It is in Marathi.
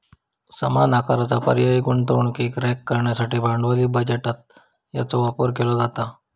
समान आकाराचा पर्यायी गुंतवणुकीक रँक करण्यासाठी भांडवली बजेटात याचो वापर केलो जाता